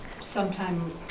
Sometime